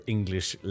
English